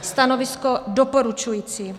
Stanovisko: doporučující.